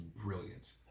brilliant